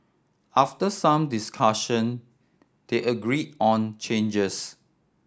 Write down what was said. after some discussion they agreed on changes